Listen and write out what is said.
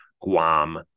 Guam